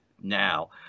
now